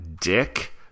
Dick